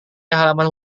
halaman